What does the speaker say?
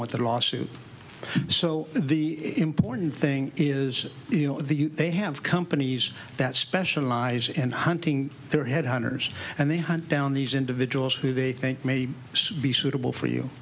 what the lawsuit so the important thing is you know the they have companies that specialize in hunting their head hunters and they hunt down these individuals who they think may be suitable for you